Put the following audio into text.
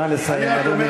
נא לסיים, אדוני.